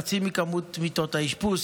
חצי ממספר מיטות האשפוז,